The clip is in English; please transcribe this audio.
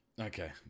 okay